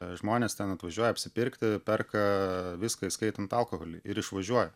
žmonės ten atvažiuoja apsipirkti perka viską įskaitant alkoholį ir išvažiuoja